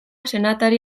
senatari